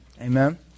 amen